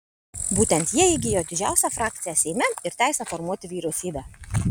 būtent jie įgijo didžiausią frakciją seime ir teisę formuoti vyriausybę